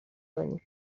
کنی